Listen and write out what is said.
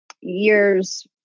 years